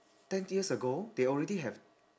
twenty years ago they already have